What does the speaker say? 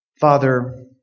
Father